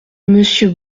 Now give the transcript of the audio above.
monsieur